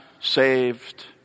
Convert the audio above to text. saved